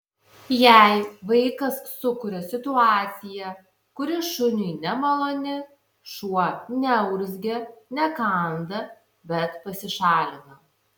jei vaikas sukuria situaciją kuri šuniui nemaloni šuo neurzgia nekanda bet pasišalina